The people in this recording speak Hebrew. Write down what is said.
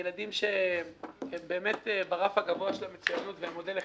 ילדים שהם ברף הגבוה של המצוינות והם מודל לחיקוי.